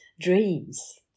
dreams